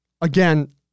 Again